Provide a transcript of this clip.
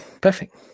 perfect